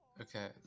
Okay